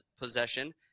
possession